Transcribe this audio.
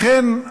לכן,